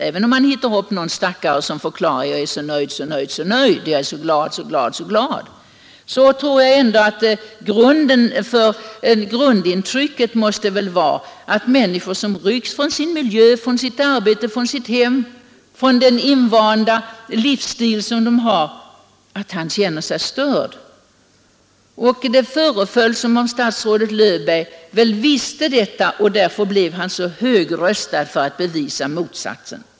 Även om man kan hitta någon stackare som förklarar att ”jag är så nöjd, så nöjd, så glad, så glad, blir grundintrycket att människor som rycks bort från sin miljö, sitt arbete, sitt hem, sin invanda livsstil känner sig störda. Det föreföll som om statsrådet Löfberg visste detta och därför blev högröstad för att bevisa motsatsen.